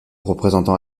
représentant